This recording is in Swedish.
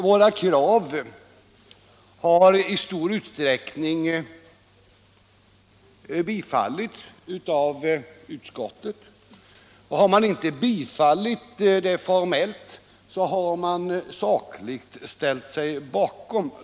Våra krav har i stor utsträckning tillstyrkts av utskottet. Även krav som man inte formellt har tillstyrkt, har man sakligt ställt sig bakom.